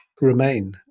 remain